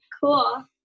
Cool